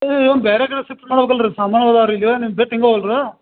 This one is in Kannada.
ಏ ಇವ್ನ ಬ್ಯಾರೆ ಕಡೆ ಶಿಫ್ಟ್ ಮಾಡೋದು ಅಲ್ರಿ ಸಾಮಾನದು ಅದಾವು ರೀ ಇಲ್ಲಿ ನಿಮ್ಮ ಬೇ ತಿಂಗವಲ್ರೆ